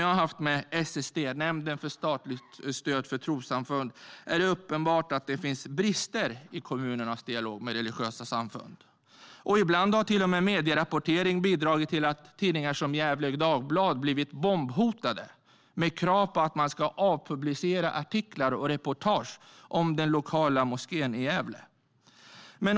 I mina samtal med SST, Nämnden för statligt stöd till trossamfund, har det blivit uppenbart att det finns brister i kommunernas dialoger med religiösa samfund. Ibland har medierapportering till och med bidragit till att tidningar har blivit bombhotade med krav på att man ska ta bort publicerade artiklar och reportage, till exempel Gefle Dagblad som uppmanades att ta bort artiklar om den lokala moskén i Gävle.